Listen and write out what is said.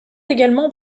également